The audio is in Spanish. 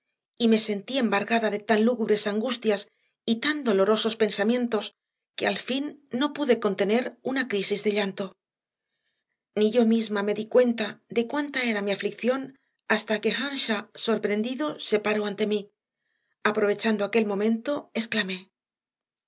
dealguna mujer ymesentíembargada de tan lúgubres angustias y tan dolorosos pensamientos que alfin no pude contener una crisis de llanto n i yo misma me di cuenta de cuánta era miaflicción hasta que e arnshaw sorprendido se paró antemí a provechandoaquelmomento exclamé